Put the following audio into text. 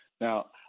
now